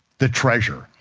the treasure,